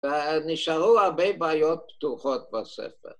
‫ונשארו הרבה בעיות פתוחות בספר.